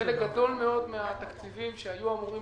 חלק גדול מאוד מן התקציבים שהיו אמורים